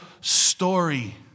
story